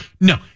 no